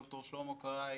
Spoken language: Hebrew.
ד"ר שלמה קרעי,